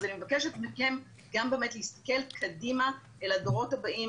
אז אני מבקשת מכם גם באמת להסתכל קדימה אל הדורות הבאים